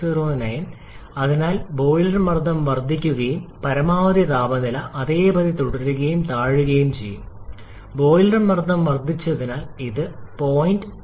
809 അതിനാൽ ബോയിലർ മർദ്ദം വർദ്ധിക്കുകയും പരമാവധി താപനില അതേപടി തുടരുകയും താഴുകയും ചെയ്യും ബോയിലർ മർദ്ദം വർദ്ധിച്ചതിനാൽ ഇത് 0